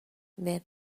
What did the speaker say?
men